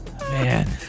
Man